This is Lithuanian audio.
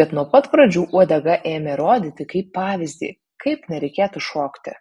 bet nuo pat pradžių uodega ėmė rodyti kaip pavyzdį kaip nereikėtų šokti